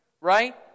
right